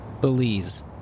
Belize